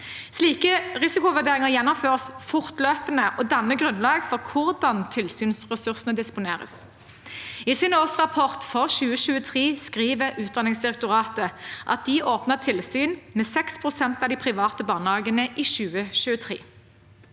Slike risikovurderinger gjennomføres fortløpende og danner grunnlag for hvordan tilsynsressursene disponeres. I sin årsrapport for 2023 skriver Utdanningsdirektoratet at de åpnet tilsyn med 6 pst. av de private barnehagene i 2023.